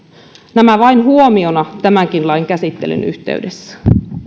nämä vain huomioina tämänkin lain käsittelyn yhteydessä